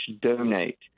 donate